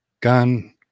gun